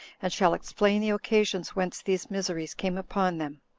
and shall explain the occasions whence these miseries came upon them.